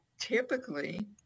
typically